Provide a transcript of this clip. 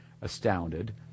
astounded